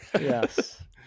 Yes